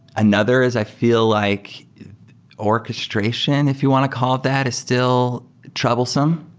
another is i feel like orchestration, if you want to call that, is still troublesome,